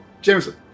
Jameson